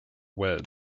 wed